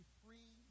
free